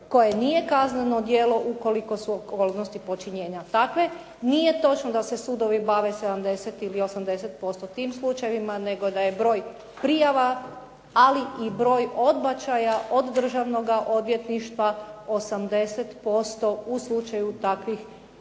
koje nije kazneno djelo ukoliko su okolnosti počinjenja takve. Nije točno da se sudovi bave 70 ili 80% tim slučajevima nego da je broj prijava, ali i broj odbačaja od državnog odvjetništva 80% u slučaju takvih